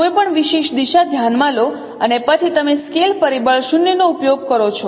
તમે કોઈપણ વિશેષ દિશા ધ્યાનમાં લો અને પછી તમે સ્કેલ પરિબળ 0 નો ઉપયોગ કરો છો